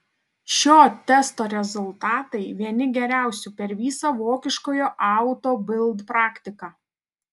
šio testo rezultatai vieni geriausių per visą vokiškojo auto bild praktiką